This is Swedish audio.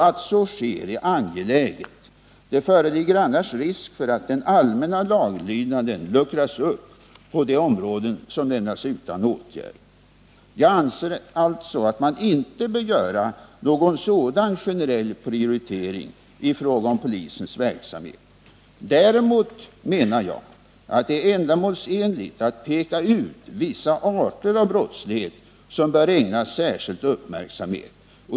Att så sker är angeläget. Det föreligger annars risk för att den allmänna laglydnaden luckras upp på de områden som lämnas utan åtgärd. Jag anser alltså att man inte bör göra någon sådan generell prioritering i fråga om polisens verksamhet. Däremot menar jag att det är ändamålsenligt att peka ut vissa arter av brottslighet som bör ägnas särskild uppmärksamhet.